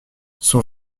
son